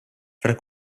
fra